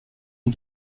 une